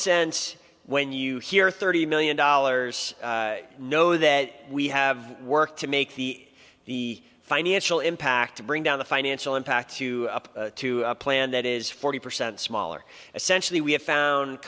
sense when you hear thirty million dollars know that we have work to make the the financial impact to bring down the financial impact to a plan that is forty percent smaller essentially we have found